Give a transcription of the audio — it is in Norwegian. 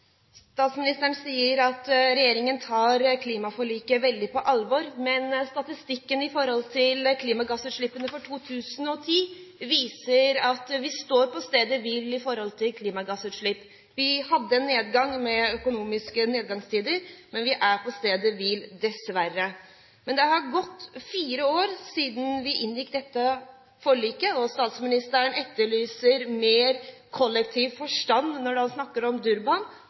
Statsministeren sier at regjeringen tar klimaforliket veldig på alvor. Men statistikken for klimagassutslippene for 2010 viser at vi står på stedet hvil i forhold til klimagassutslipp. Vi hadde en nedgang, med økonomiske nedgangstider, men vi er på stedet hvil, dessverre. Det har gått fire år siden vi inngikk dette forliket, og statsministeren etterlyser mer kollektiv forstand når han snakker om Durban,